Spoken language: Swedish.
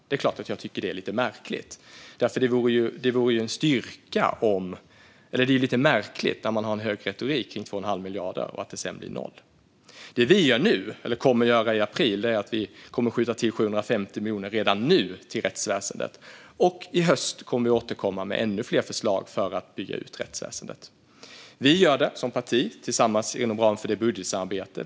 Det är klart att jag tycker att det är lite märkligt att man har en så hög retorik kring 2 1⁄2 miljard och att det sedan blir noll. Redan nu i april kommer vi att skjuta till 750 miljoner till rättsväsendet. I höst kommer återkommer vi med ännu fler förslag för att bygga ut rättsväsendet. Vi gör det som parti inom ramen för budgetsamarbetet.